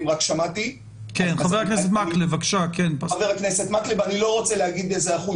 אלא רק שמעתי אותו - אבל אני לא רוצה להגיד איזה אחוז